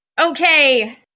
Okay